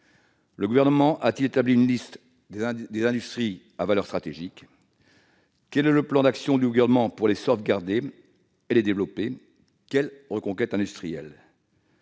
Le Gouvernement a-t-il établi une liste des industries à valeur stratégique ? Quel est le plan d'action du Gouvernement pour les sauvegarder et les développer ? Quelle reconquête industrielle